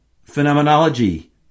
phenomenology